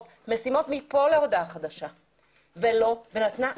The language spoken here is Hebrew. שהמכבסות גם ירוויחו וגם יעמדו, אבל לא יפלטו